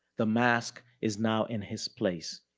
the mask is now in his place.